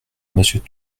monsieur